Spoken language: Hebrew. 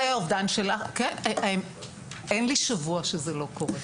אין לי שבוע שזה לא קורה.